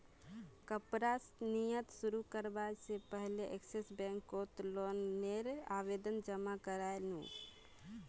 कपड़ा निर्यात शुरू करवा से पहले एक्सिस बैंक कोत लोन नेर आवेदन जमा कोरयांईल नू